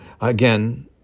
Again